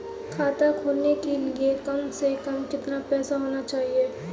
खाता खोलने के लिए कम से कम कितना पैसा होना चाहिए?